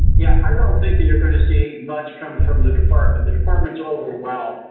yeah. i don't think that you're going to see much come from the department. the department's overwhelmed.